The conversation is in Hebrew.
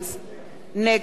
יצחק הרצוג,